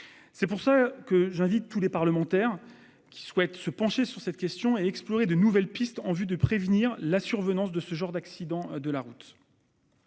C'est pourquoi j'invite tous les parlementaires qui souhaitent se pencher sur la question à explorer de nouvelles pistes en vue de prévenir la survenance de ce genre d'accident de la route.